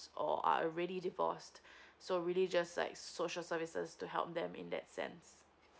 or are already divorced so really just like social services to help them in that sense